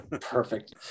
perfect